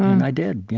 and i did